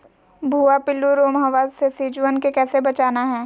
भुवा पिल्लु, रोमहवा से सिजुवन के कैसे बचाना है?